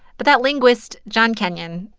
but that linguist, john kenyon,